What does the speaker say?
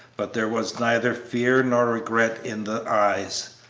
but there was neither fear nor regret in the eyes,